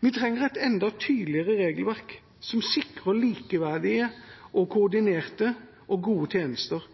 Vi trenger et enda tydeligere regelverk, som sikrer likeverdige, koordinerte og gode tjenester